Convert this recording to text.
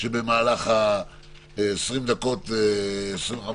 תתחיל במהלך 25 הדקות הקרובות,